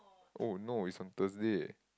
oh not is on Thursday